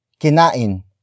Kinain